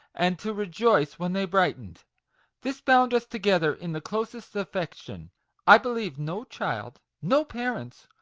and to rejoice when they brightened this bound us together in the closest affection i believe no child, no parents,